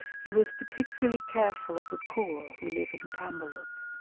he was particularly careful of the poor who lived in cambaluc.